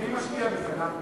אז מי משקיע בזה, נחמן?